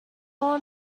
all